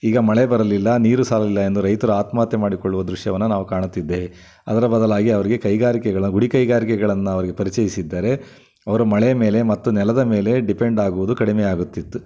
ಈಗ ಮಳೆ ಬರಲಿಲ್ಲ ನೀರು ಸಾಲಲಿಲ್ಲ ಎಂದು ರೈತರು ಆತ್ಮಹತ್ಯೆ ಮಾಡಿಕೊಳ್ಳುವ ದೃಶ್ಯವನ್ನು ನಾವು ಕಾಣುತ್ತಿದ್ದೇವೆ ಅದರ ಬದಲಾಗಿ ಅವರಿಗೆ ಕೈಗಾರಿಕೆಗಳ ಗುಡಿ ಕೈಗಾರಿಕೆಗಳನ್ನು ಅವರಿಗೆ ಪರಿಚಯಿಸಿದ್ದರೆ ಅವರು ಮಳೆಯ ಮೇಲೆ ಮತ್ತು ನೆಲದ ಮೇಲೆ ಡಿಪೆಂಡ್ ಆಗುವುದು ಕಡಿಮೆಯಾಗುತ್ತಿತ್ತು